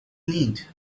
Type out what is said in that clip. need